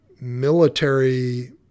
military